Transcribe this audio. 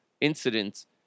incidents